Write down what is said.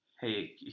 Hey